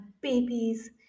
babies